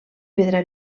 pedra